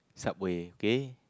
subway okay